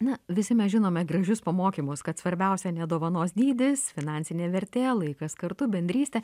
na visi mes žinome gražius pamokymus kad svarbiausia ne dovanos dydis finansinė vertė laikas kartu bendrystė